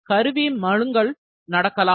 கருவி மழுங்கல் நடக்கலாம்